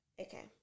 Okay